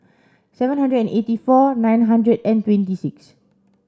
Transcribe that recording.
seven hundred and eighty four nine hundred and twenty six